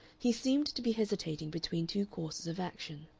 he seemed to be hesitating between two courses of action.